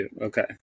Okay